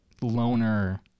loner